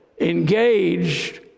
engaged